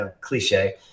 cliche